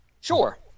Sure